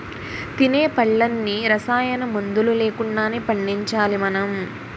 తినే పళ్ళన్నీ రసాయనమందులు లేకుండానే పండించాలి మనం